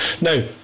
now